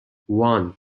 one